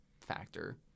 factor